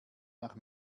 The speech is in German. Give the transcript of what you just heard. nach